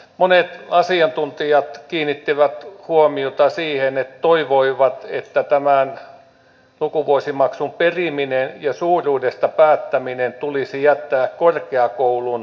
monet asiantuntijat kiinnittivät huomiota siihen että toivoivat että tämän lukuvuosimaksun periminen ja sen suuruudesta päättäminen tulisi jättää korkeakoulun harkintaan